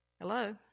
Hello